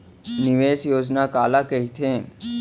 निवेश योजना काला कहिथे?